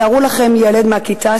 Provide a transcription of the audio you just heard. תארו לכם ילד מהכיתה,